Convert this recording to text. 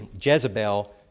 Jezebel